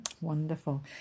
Wonderful